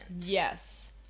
Yes